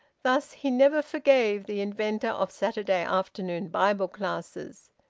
thus he never forgave the inventor of saturday afternoon bible-classes.